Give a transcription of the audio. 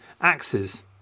axes